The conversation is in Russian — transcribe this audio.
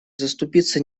заступиться